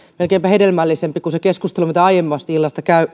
melkeinpä hedelmällisempi kuin se keskustelu mitä aiemmin illalla